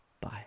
Bye